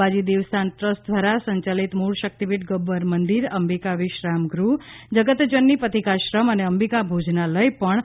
અંબાજી દેવસ્થાન ટ્રસ્ટ દ્વારા સંચાલિત મૂળ શક્તિપીઠ ગબ્બર મંદિર અંબિકા વિશ્રામ ગૃહ જગતજનની પથિકાશ્રમ અને અંબિકા ભોજનાલય પણ તા